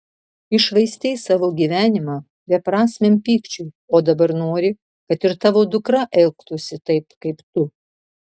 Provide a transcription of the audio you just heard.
iššvaistei savo gyvenimą beprasmiam pykčiui o dabar nori kad ir tavo dukra elgtųsi taip kaip tu